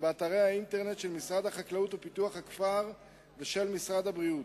באתרי האינטרנט של משרד החקלאות ופיתוח הכפר ושל משרד הבריאות.